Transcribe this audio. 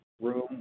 Room